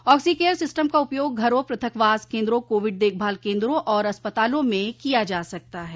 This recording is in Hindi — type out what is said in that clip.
ऑक्सीकेयर सिस्टम का उपयोग घरों पृथकवास केन्द्रों कोविड देखभाल केन्द्रों और अस्पतालों में किया जा सकता है